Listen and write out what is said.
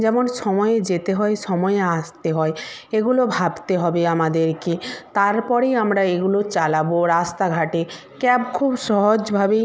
যেমন সময়ে যেতে হয় সময়ে আসতে হয় এগুলো ভাবতে হবে আমাদেরকে তারপরেই আমরা এগুলো চালাব রাস্তাঘাটে ক্যাব খুব সহজভাবেই